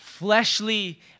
fleshly